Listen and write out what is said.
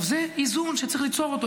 זה איזון שצריך ליצור אותו.